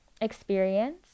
experience